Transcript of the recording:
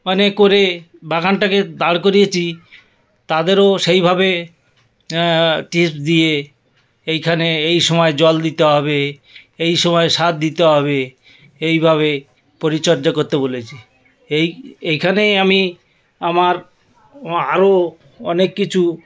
মানে করে বাগানটাকে দাঁড় করিয়েছি তাদেরও সেইভাবে টিপস দিয়ে এইখানে এই সময় জল দিতে হবে এই সময় সার দিতে হবে এইভাবে পরিচর্যা করতে বলেছি এই এইখানেই আমি আমার ও আরো অনেক কিচু